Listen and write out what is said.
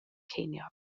ceiniog